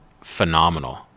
phenomenal